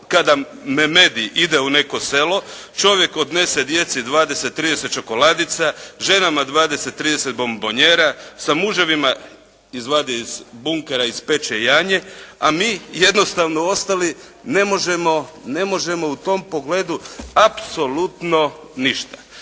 kada medij ide u neko selo, čovjek odnese djeci 20, 30 čokoladica, ženama 20, 30 bombonijera, sa muževima izvadi iz bunkera, ispeče janje, a mi jednostavno ostali ne možemo u tom pogledu apsolutno ništa.